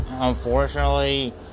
unfortunately